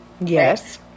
Yes